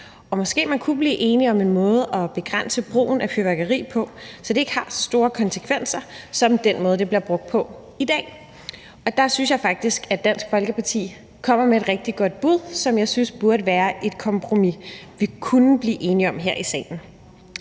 Og måske man kunne blive enige om en måde at begrænse brugen af fyrværkeri på, så det ikke har så store konsekvenser, som er tilfældet med den måde, det bliver brugt på i dag. Og der synes jeg faktisk, at Dansk Folkeparti kommer med et rigtig godt bud, som jeg synes burde være et kompromis, vi kunne blive enige om her i salen.